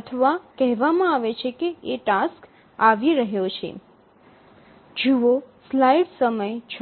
અથવા કહેવામાં આવે છે કે એ ટાસ્ક આવી રહ્યો છે